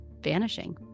vanishing